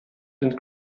and